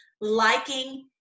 liking